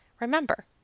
Remember